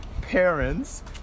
parents